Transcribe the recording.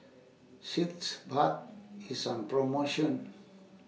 Sitz Bath IS on promotion